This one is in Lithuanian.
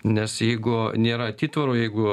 nes jeigu nėra atitvarų jeigu